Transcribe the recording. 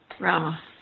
Rama